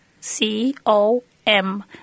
C-O-M